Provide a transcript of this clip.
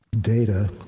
data